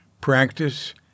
practice